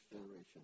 generation